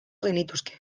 genituzke